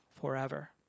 forever